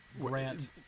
Grant